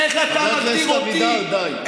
חבר הכנסת אבידר, די.